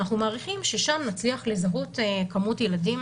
אנחנו מעריכים ששם נצליח לזהות כמות ילדים